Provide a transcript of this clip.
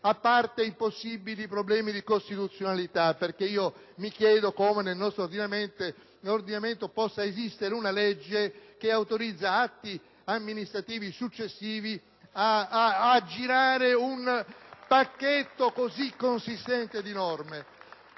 a parte i possibili problemi di costituzionalità (mi chiedo infatti come nel nostro ordinamento possa esistere una legge che autorizza atti amministrativi successivi ad aggirare un pacchetto così consistente di norme